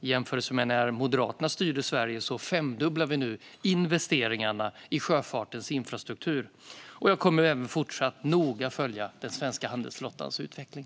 I jämförelse med när Moderaterna styrde Sverige femdubblar vi nu investeringarna i sjöfartens infrastruktur. Jag kommer även fortsatt att noga följa den svenska handelsflottans utveckling.